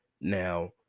Now